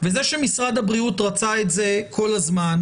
וזה שמשרד הבריאות רצה את זה כל הזמן,